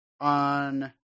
on